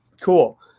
Cool